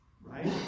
Right